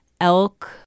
Elk